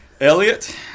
Elliot